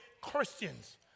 Christians